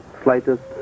slightest